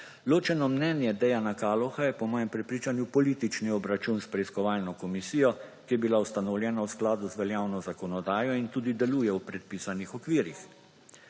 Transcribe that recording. Ločeno mnenje Dejana Kaloha je po mojem prepričanju politični obračun s preiskovalno komisijo, ki je bila ustanovljena v skladu z veljavno zakonodajo in tudi deluje v predpisanih okvirjih.